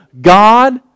God